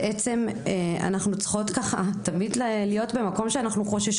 אנחנו צריכות להיות תמיד במקום שאנחנו חוששות,